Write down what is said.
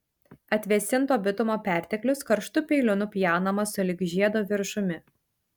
atvėsinto bitumo perteklius karštu peiliu nupjaunamas sulig žiedo viršumi